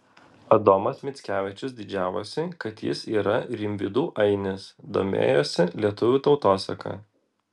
adomas mickevičius didžiavosi kad jis yra rimvydų ainis domėjosi lietuvių tautosaka